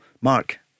Mark